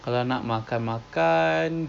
kalau nak makan makan